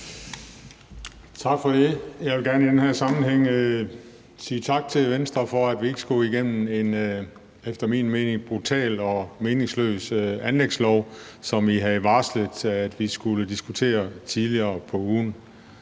Tak for det. Jeg vil gerne i den her sammenhæng sige tak til Venstre for, at vi ikke skulle igennem en efter min mening brutal og meningsløs anlægslov, som I havde varslet vi skulle diskutere tidligere på ugen.